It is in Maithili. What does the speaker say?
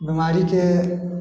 बिमारीके